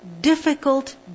difficult